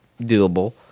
doable